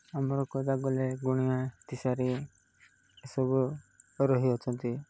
ଆମର କହିବାକୁ ଗଲେ ଗୁଣିଆ ଦିଶାରି ଏସବୁ ରହିଅଛନ୍ତି